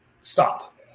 stop